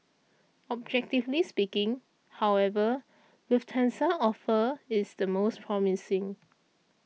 objectively speaking however Lufthansa's offer is the most promising